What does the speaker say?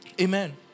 Amen